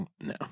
no